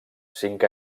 cinc